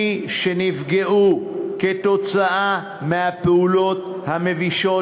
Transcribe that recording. מי שנפגעו כתוצאה מהפעולות המבישות